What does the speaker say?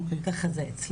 ככה זה אצלי.